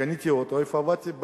קניתי אוטו, איפה עבדתי?